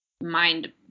mind